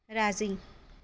राज़ी